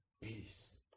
peace